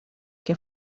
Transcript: que